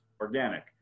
organic